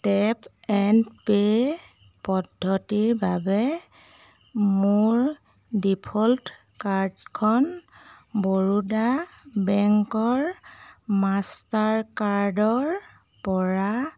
tap and pay পদ্ধতিৰ বাবে মোৰ ডিফ'ল্ট কাৰ্ডখন বৰোদা বেংকৰ মাষ্টাৰ কাৰ্ডৰ পৰা